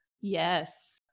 Yes